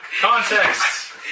Context